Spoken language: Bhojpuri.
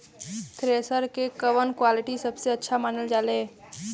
थ्रेसर के कवन क्वालिटी सबसे अच्छा मानल जाले?